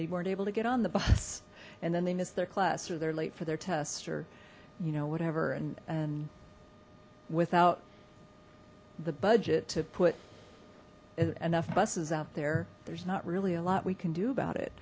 they weren't able to get on the bus and then they missed their class or they're late for their test or you know whatever and without the budget to put enough buses out there there's not really a lot we can do about it